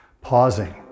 pausing